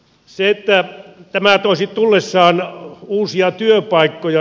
toisiko tämä tullessaan uusia työpaikkoja